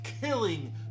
killing